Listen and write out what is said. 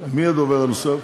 מי הדובר הנוסף?